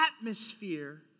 atmosphere